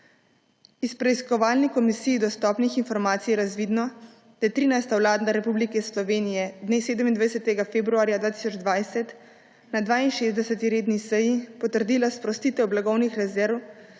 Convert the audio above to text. Iz preiskovalni komisiji dostopnih informacij je razvidno, da je 13. vlada Republike Slovenije dne 27. februarja 2020 na 62. redni seji potrdila sprostitev blagovnih rezerv